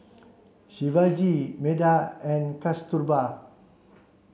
Shivaji Medha and Kasturba